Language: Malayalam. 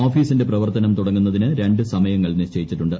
ഓഫീസിന്റെ പ്രവർത്തനം തുടങ്ങുന്നതിന് രണ്ട് സമയങ്ങൾ നിശ്ചയിച്ചിട്ടുണ്ട്